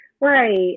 right